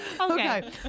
Okay